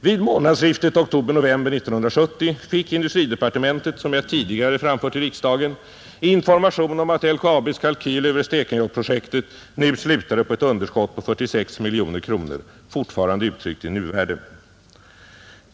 Vid månadsskiftet oktober-november 1970 fick industridepartementet, som jag tidigare framfört i riksdagen, information om att LKAB:s kalkyl över Stekenjokkprojektet nu slutade på ett underskott av 46 miljoner kronor, fortfarande uttryckt i nuvärde.